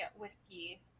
whiskey